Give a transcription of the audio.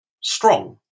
strong